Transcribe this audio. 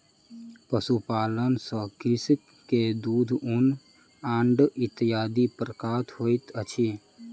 पशुपालन सॅ कृषक के दूध, ऊन, अंडा इत्यादि प्राप्त होइत अछि